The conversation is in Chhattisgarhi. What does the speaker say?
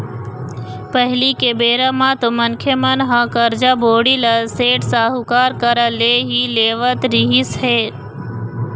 पहिली के बेरा म तो मनखे मन ह करजा, बोड़ी ल सेठ, साहूकार करा ले ही लेवत रिहिस हे